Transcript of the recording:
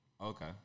Okay